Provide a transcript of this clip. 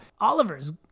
Oliver's